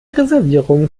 reservierung